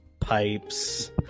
pipes